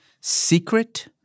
secret